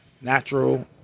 natural